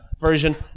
version